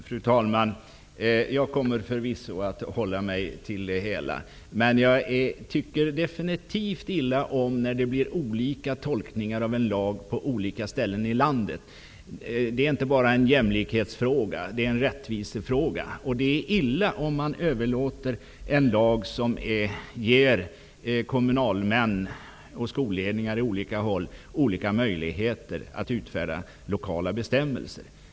Fru talman! Jag kommer förvisso att hålla mig till saken. Men jag tycker definitivt illa om när det blir olika tolkningar av en lag på olika ställen i landet. Det är inte bara en jämlikhetsfråga, utan det är också en rättvisefråga. Det är illa om man överlåter en lag som ger kommunalmän och skolledningar på olika håll olika möjligheter att utfärda lokala bestämmelser.